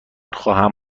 خواهم